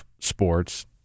sports